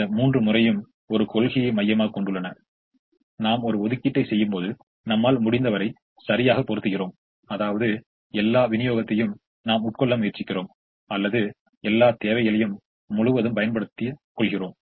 அந்த மூன்று முறையும் ஒரு கொள்கையை மையமாகக் கொண்டுள்ளன நாம் ஒரு ஒதுக்கீட்டைச் செய்யும்போது நம்மால் முடிந்தவரை சரியாக பொறுத்துகிறோம் அதாவது எல்லா விநியோகத்தையும் நாம் உட்கொள்ள முயற்சிக்கிறோம் அல்லது எல்லா தேவைகளையும் முழுதும் பயன்படுத்தி கொள்கிறோம்